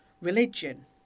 religion